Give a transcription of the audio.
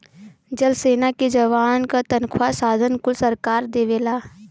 जल सेना के जवान क तनखा साधन कुल सरकारे देवला